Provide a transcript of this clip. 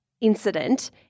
incident